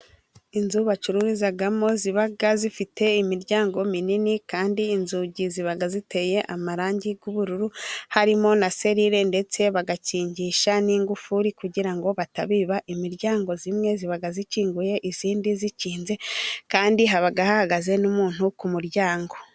Inzu bacururizamo ziba zifite imiryango minini, kandi inzugi ziba ziteye amarangi y'ubururu harimo na serire, ndetse bagakingisha n'ingufuri kugira ngo batabiba. Imiryango imwe iba ikinguye indi ikinze, kandi haba hahagaze n'umuntu ku muryango.